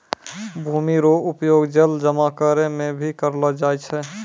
भूमि रो उपयोग जल जमा करै मे भी करलो जाय छै